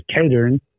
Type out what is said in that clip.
catering